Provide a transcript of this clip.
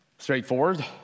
Straightforward